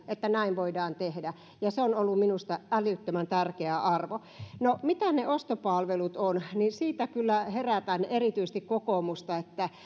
että muutoksia voidaan tehdä ja se on ollut minusta älyttömän tärkeä arvo no mitä ne ostopalvelut ovat siitä kyllä herätän erityisesti kokoomusta että